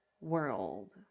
world